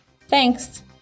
Thanks